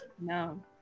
no